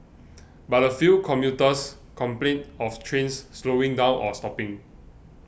but a few commuters complained of trains slowing down or stopping